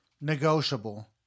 negotiable